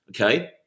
Okay